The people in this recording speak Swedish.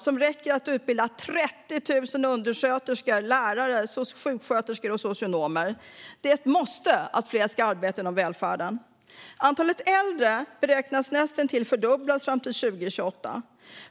Det räcker till att utbilda 30 000 undersköterskor, lärare, sjuksköterskor och socionomer. Att fler arbetar inom välfärden är ett måste. Antalet äldre beräknas näst intill att fördubblas fram till 2028.